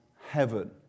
heaven